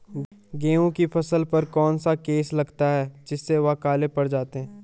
गेहूँ की फसल पर कौन सा केस लगता है जिससे वह काले पड़ जाते हैं?